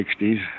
60s